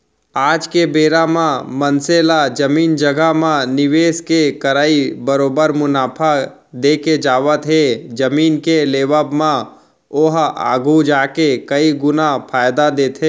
आज के बेरा म मनसे ला जमीन जघा म निवेस के करई बरोबर मुनाफा देके जावत हे जमीन के लेवब म ओहा आघु जाके कई गुना फायदा देथे